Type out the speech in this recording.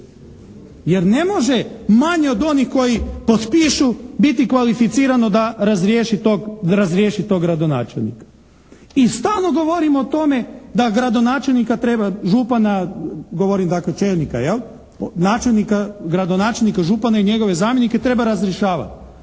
jer ne može manje od onih koji potpišu biti kvalificirano da razriješi tog gradonačelnika. I stalno govorimo o tome da gradonačelnika treba, župana govorim dakle čelnika